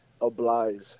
oblige